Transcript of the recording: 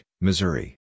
Missouri